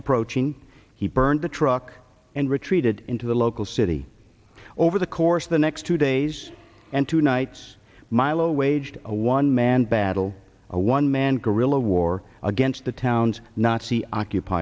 approaching he burned the truck and retreated into the local city over the course the next two days and two nights milo waged a one man battle a one man guerrilla war against the town's nazi